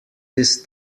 this